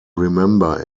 remember